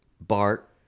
bart